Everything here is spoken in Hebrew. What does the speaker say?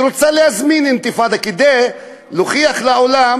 היא רוצה להזמין אינתיפאדה כדי להוכיח לעולם